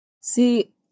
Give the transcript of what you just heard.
See